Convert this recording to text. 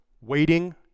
waiting